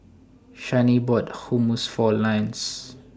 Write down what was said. Shani bought Hummus For Ines